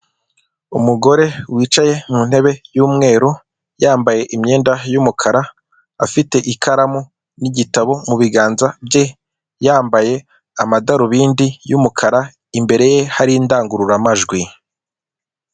Umugore wicaye mu ntebe y'umweru, yambaye imyenda y'umukara. Afite ikaramu n'igitabo mu biganza bye. Yambaye amadarubindi y'umukara. Imbere ye hari indangururamajwi.